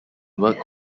work